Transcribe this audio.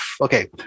okay